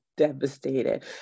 devastated